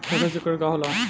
फसल चक्रण का होला?